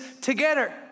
together